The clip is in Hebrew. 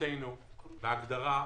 מבחינתנו בהגדרה,